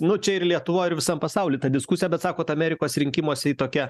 nu čia ir lietuvoj ir visam pasauly ta diskusija bet sakot amerikos rinkimuose ji tokia